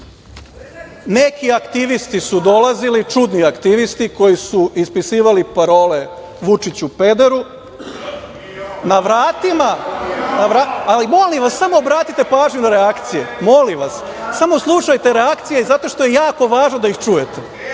neki aktivisti su dolazili, čudni aktivisti, koji su ispisivali parole „Vučiću – pederu“. Na vratima…Ali, molim vas, samo obratite pažnju na reakcije. Molim vas, samo slušajte reakcije, zato što je jako važno da ih čujete.